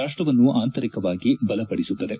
ರಾಷ್ಟವನ್ನು ಆಂತರಿಕವಾಗಿ ಬಲಪಡಿಸುತ್ತಿದೆ